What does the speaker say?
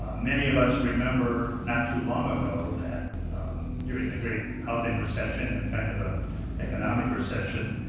ah many of us remember not too long ago that during the great housing recession and kind of a economic recession